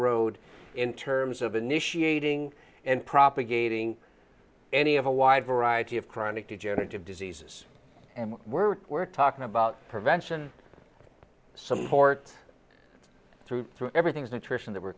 road in terms of initiating and propagating any of a wide variety of chronic degenerative diseases and we're we're talking about prevention some sort through through everything is nutrition that we're